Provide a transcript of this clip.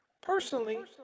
Personally